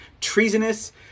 treasonous